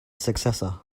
successor